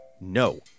No